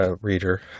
reader